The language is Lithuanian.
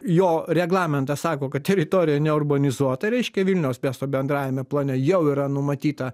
jo reglamentas sako kad teritorija neurbanizuota reiškia vilniaus miesto bendrajame plane jau yra numatyta